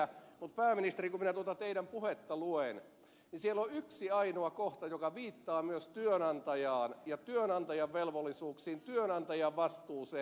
mutta pääministeri kun minä tuota teidän puhettanne luen niin siellä on yksi ainoa kohta joka viittaa myös työnantajaan ja työnantajan velvollisuuksiin työnantajan vastuuseen